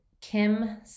Kim